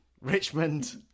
Richmond